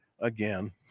again